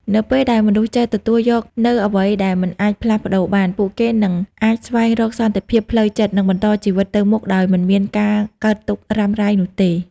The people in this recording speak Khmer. នៅពេលដែលមនុស្សចេះទទួលយកនូវអ្វីដែលមិនអាចផ្លាស់ប្តូរបាន ពួកគេនឹងអាចស្វែងរកសន្តិភាពផ្លូវចិត្ត និងបន្តជីវិតទៅមុខដោយមិនមានការកើតទុក្ខរុំារ៉ៃនោះទេ។